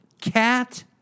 cat